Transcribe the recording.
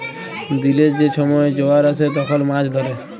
দিলের যে ছময় জয়ার আসে তখল মাছ ধ্যরে